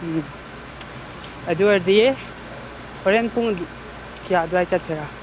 ꯎꯝ ꯑꯗꯨ ꯑꯣꯏꯔꯗꯤ ꯍꯣꯔꯦꯟ ꯄꯨꯡ ꯀꯌꯥ ꯑꯗꯨꯋꯥꯏ ꯆꯠꯁꯤꯔꯥ